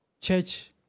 church